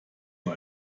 nur